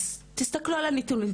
אז תסתכלו על הנתונים,